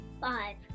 Five